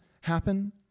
happen